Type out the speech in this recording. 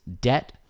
debt